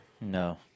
No